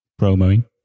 promoing